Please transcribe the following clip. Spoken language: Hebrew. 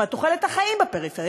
מה תוחלת החיים בפריפריה,